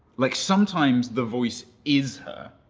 like sometimes the voice is